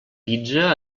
pizza